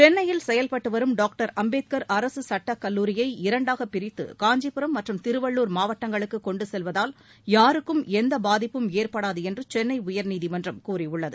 சென்னையில் செயல்பட்டு வரும் டாக்டர் அம்பேத்கர் அரசு சுட்டக் கல்லூரியை இரண்டாகப் பிரித்து காஞ்சிபுரம் மற்றும் திருவள்ளூர் மாவட்டங்களுக்கு கொண்டு செல்வதால் யாருக்கும் எந்த பாதிப்பும் ஏற்படாது என்று சென்னை உயர்நீதிமன்றம் கூறியுள்ளது